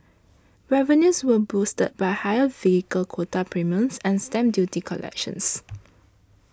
revenues were boosted by higher vehicle quota premiums and stamp duty collections